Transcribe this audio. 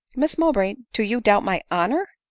miss mowbray, do you doubt my honor?